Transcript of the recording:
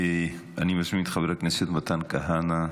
אני מזמין את חבר הכנסת מתן כהנא,